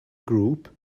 group